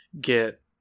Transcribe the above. get